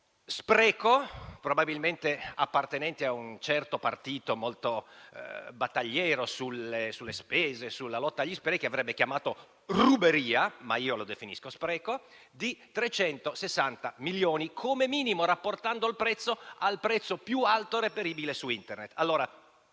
spreco (che probabilmente un appartenente a un certo partito, molto battagliero sulle spese e sulla lotta agli sprechi, avrebbe chiamato ruberia) di 360 milioni di euro, come minimo, rapportando il costo al prezzo più alto reperibile su Internet.